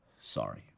sorry